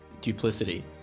duplicity